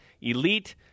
elite